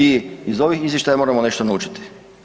I iz ovih izvještaja moramo nešto naučiti.